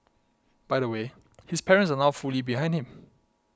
by the way his parents are now fully behind him